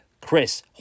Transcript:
Chris